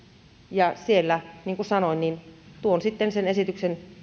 ja siellä niin kuin sanoin tuon sitten sen esityksen